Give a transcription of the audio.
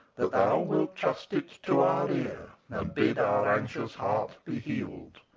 that thou wilt trust it to our ear, and bid our anxious heart be healed!